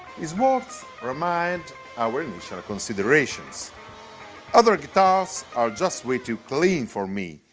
his words remind our initial considerations other guitars are just way too clean for me.